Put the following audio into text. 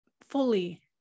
fully